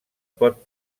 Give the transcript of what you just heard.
pot